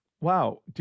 wow